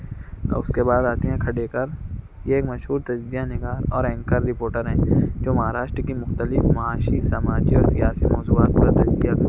اس کے بعد آتے ہیں کھڈیکر یہ ایک مشہور تجزیہ نگار اور اینکر رپورٹر ہیں جو مہاراشٹر كى مختلف معاشى سماجی اور سياسى موضوعات پر تجزیہ کرتے ہیں